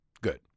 Good